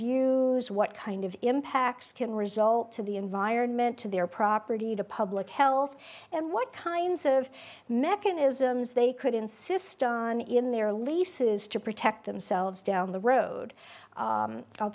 use what kind of impacts can result to the environment to their property to public health and what kinds of mechanisms they could insist on in their leases to protect themselves down the road i'll